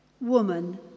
Woman